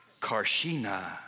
Karshina